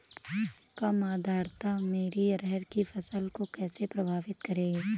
कम आर्द्रता मेरी अरहर की फसल को कैसे प्रभावित करेगी?